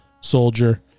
soldier